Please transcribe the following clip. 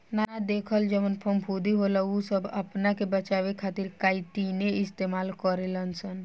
ना देखल जवन फफूंदी होला उ सब आपना के बचावे खातिर काइतीने इस्तेमाल करे लसन